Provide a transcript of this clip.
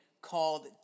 called